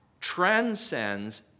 transcends